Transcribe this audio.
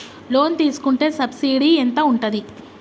Loan తీసుకుంటే subsidy ఎంత ఉంటది?